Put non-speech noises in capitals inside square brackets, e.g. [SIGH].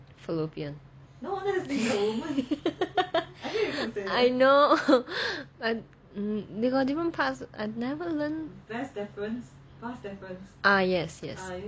fallopian [LAUGHS] I know they got different parts I never learn ah yes yes